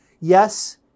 Yes